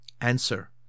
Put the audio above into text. Answer